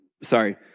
sorry